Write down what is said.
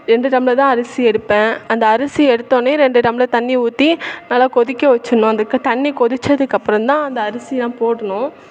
ரெண்டு டம்ளர் தான் அரிசி எடுப்பேன் அந்த அரிசி எடுத்தோடன்னயே ரெண்டு டம்ளர் தண்ணி ஊற்றி நல்லா கொதிக்க வச்சிடணும் அந்த க தண்ணி கொதிச்சதுக்கப்புறம் தான் அந்த அரிசிலாம் போடணும்